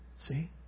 See